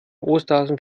osterhasen